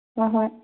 ꯍꯣꯏ ꯍꯣꯏ